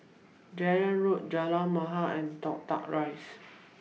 Dunearn Road Jalan Mahir and Toh Tuck Rise